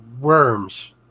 worms